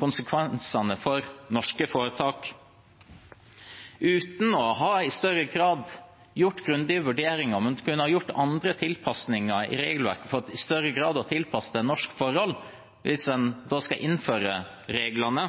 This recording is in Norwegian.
konsekvensene for norske foretak – uten i større grad å ha gjort grundige vurderinger av om en kunne ha gjort andre tilpasninger i regelverket for i større grad å tilpasse til norske forhold, hvis en da skal innføre reglene.